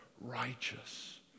righteous